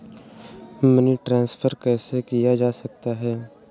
Money transfer कैसे किया जा सकता है?